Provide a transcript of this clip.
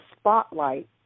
spotlight